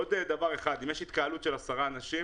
עוד דבר אחד: אם מותרת התקהלות של עשרה אנשים,